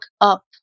up